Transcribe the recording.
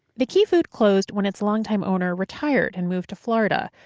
the keyfood closed when its longtime owner retired and moved to florida,